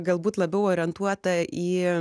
galbūt labiau orientuota į